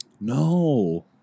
No